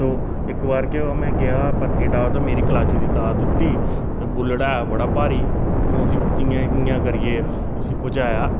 ते ओह् इक बार केह् होआ मैं गेआ पत्नीटॉप ते मेरी क्लच दी तार त्रुट्टी ते बुलेट ऐ बड़ा भारी ते में उसी कि'यां कि'यां करियै उसी पजाया